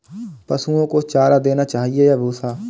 पशुओं को चारा देना चाहिए या भूसा?